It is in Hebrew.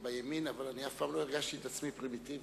בימין, אבל אף פעם לא הרגשתי את עצמי פרימיטיבי.